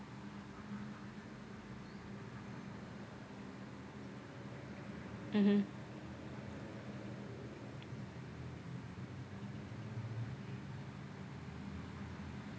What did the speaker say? mmhmm